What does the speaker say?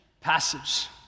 passage